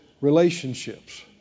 relationships